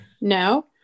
no